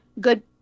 good